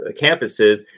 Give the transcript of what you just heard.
campuses